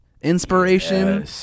inspiration